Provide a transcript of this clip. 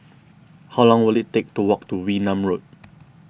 how long will it take to walk to Wee Nam Road